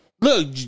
Look